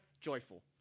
Joyful